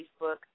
Facebook